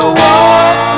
walk